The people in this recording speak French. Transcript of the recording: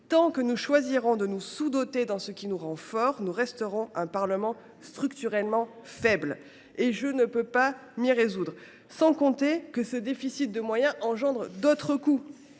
Tant que nous persisterons dans le choix de sous doter ce qui nous rend forts, nous resterons un Parlement structurellement faible. Je ne saurais m’y résoudre ! Sans compter que ces déficits de moyens engendrent d’autres coûts.